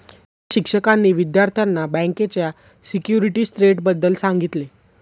या शिक्षकांनी विद्यार्थ्यांना बँकेच्या सिक्युरिटीज ट्रेडबद्दल सांगितले